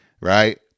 Right